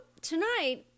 tonight